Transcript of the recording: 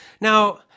Now